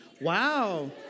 Wow